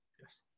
Yes